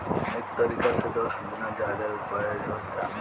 एह तरीका से दस गुना ज्यादे ऊपज होता